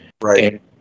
Right